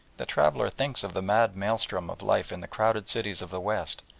the traveller thinks of the mad maelstrom of life in the crowded cities of the west,